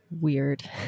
weird